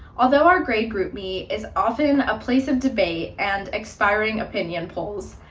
although our great group meet is often a place of debate and expiring opinion polls,